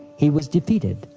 he was defeated,